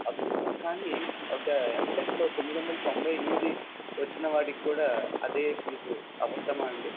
అద్భుతం కానీ ఒక ఎంసెట్లో తొమ్మిది వందల తొంభై ఎనిమిది వచ్చిన వాడికి కూడా అదే ఫీజు అవసరమా అండి